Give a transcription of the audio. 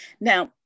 Now